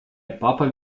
папа